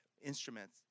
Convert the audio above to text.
instruments